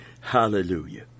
Hallelujah